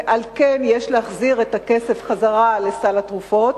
ועל כן יש להחזיר את הכסף לסל התרופות.